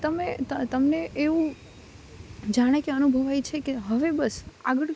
તમે તમને એવું જાણે કે અનુભવાય છે કે હવે બસ આગળ